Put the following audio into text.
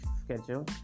schedule